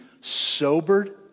sobered